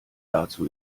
dazu